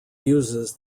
uses